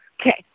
okay